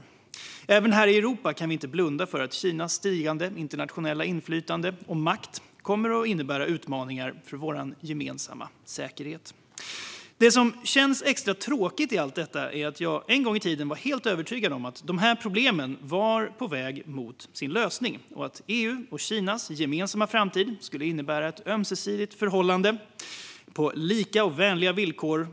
Inte heller här i Europa kan vi blunda för att Kinas stigande internationella inflytande och makt kommer att innebära utmaningar för vår gemensamma säkerhet. Det som känns extra tråkigt i allt detta är att jag en gång i tiden var helt övertygad om att de här problemen var på väg mot sin lösning; EU:s och Kinas gemensamma framtid skulle innebära ett ömsesidigt förhållande på lika och vänliga villkor.